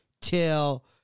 till